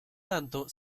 tanto